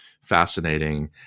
Fascinating